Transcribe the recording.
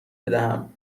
بدهم